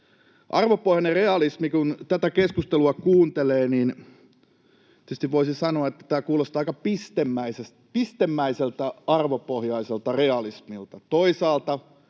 Arvopohjainen realismi. Kun tätä keskustelua kuuntelee, niin tietysti voisi sanoa, että tämä kuulostaa aika pistemäiseltä arvopohjaiselta realismilta: toisaalta